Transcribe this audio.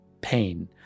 pain